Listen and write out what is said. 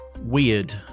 Weird